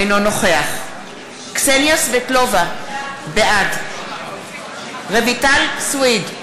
אינו נוכח קסניה סבטלובה, בעד רויטל סויד,